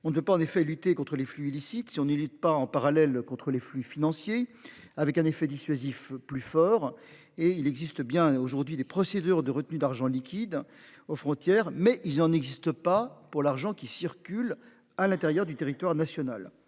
On ne peut pas, en effet, lutter contre les flux illicite si on élit pas en parallèle contre les flux financiers, avec un effet dissuasif plus fort et il existe bien aujourd'hui des procédures de retenue d'argent liquide aux frontières mais il en existe pas pour l'argent qui circule à l'intérieur du territoire national